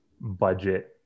budget